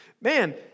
man